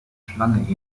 schlange